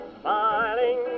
smiling